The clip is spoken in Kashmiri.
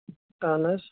اَہَن حظ